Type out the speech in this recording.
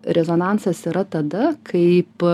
rezonansas yra tada kaip